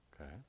Okay